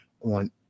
on